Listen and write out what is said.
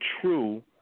true